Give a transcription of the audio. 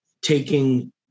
taking